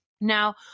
Now